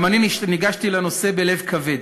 גם אני ניגשתי לנושא בלב כבד,